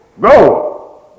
Go